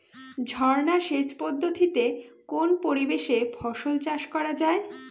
ঝর্না সেচ পদ্ধতিতে কোন পরিবেশে ফসল চাষ করা যায়?